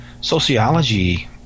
sociology